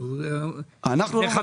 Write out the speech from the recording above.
זה לא